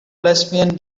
lesbian